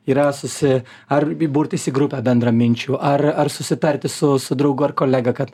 yra susi ar b burtis į grupę bendraminčių ar ar susitarti su su draugu ar kolega kad